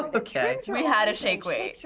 okay. we had a shake weight.